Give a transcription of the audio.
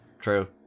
True